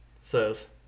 says